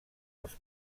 els